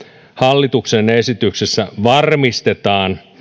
hallituksen esityksessä varmistetaan